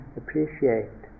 appreciate